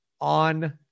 on